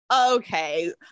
okay